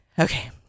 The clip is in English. okay